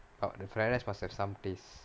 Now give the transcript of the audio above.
or the fried rice must have some taste